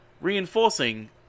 reinforcing